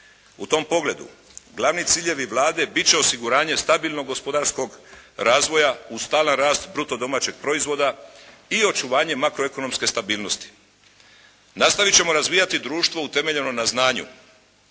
U tom pogledu glavni ciljevi Vlade bit će osiguranje stabilnog gospodarskog razvoja uz stalan rast bruto domaćeg proizvoda i očuvanje makroekonomske stabilnosti. Nastavit ćemo razvijati društvo utemeljeno na znanju